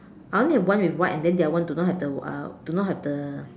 I only have one with white and then the other do not have the uh do not have the